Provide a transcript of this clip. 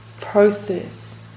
process